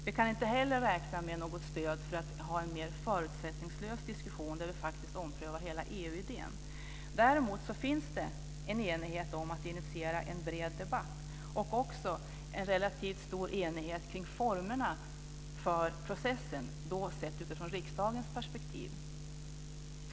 Vi kan inte heller räkna med något stöd för en mer förutsättningslös diskussion där vi omprövar hela EU-idén. Däremot finns det enighet om att initiera en bred debatt och en relativt stor enighet kring formerna för processen, sett utifrån riksdagens perspektiv.